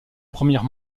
première